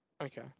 Okay